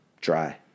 dry